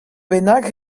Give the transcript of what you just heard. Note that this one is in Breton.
bennak